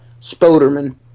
Spoderman